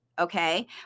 Okay